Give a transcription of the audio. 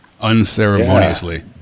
unceremoniously